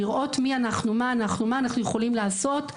לראות מי אנחנו מה אנחנו מה אנחנו יכולים לעשות,